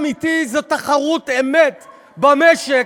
החברתי האמיתי זה תחרות אמת במשק,